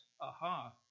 Aha